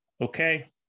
okay